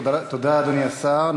תודה, אדוני השר.